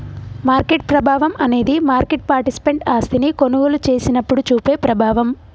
market ప్రభావం అనేది market participant ఆస్తిని కొనుగోలు చేసినప్పుడు చూపే ప్రభావం